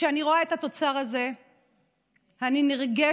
כשאני רואה את התוצר הזה אני נרגשת